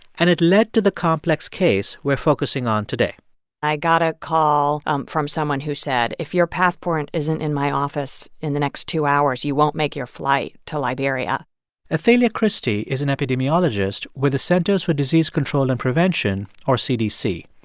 and it led to the complex case we're focusing on today i got a call um from someone who said if your passport isn't in my office in the next two hours, you won't make your flight to liberia athalia christie is an epidemiologist with the centers for disease control and prevention, or cdc.